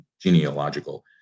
genealogical